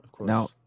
Now